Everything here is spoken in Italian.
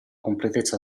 completezza